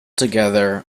together